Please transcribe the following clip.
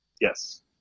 Yes